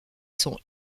son